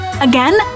Again